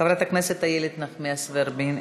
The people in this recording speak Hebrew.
חברת הכנסת איילת נחמיאס ורבין?